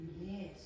yes